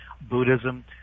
buddhism